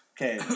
Okay